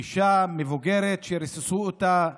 אישה מבוגרת שריססו אותה בגז.